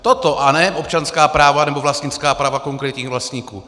Toto, a ne občanská nebo vlastnická práva konkrétních vlastníků.